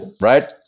right